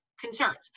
concerns